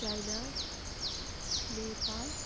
China Nepal